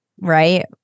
right